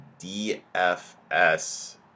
DFS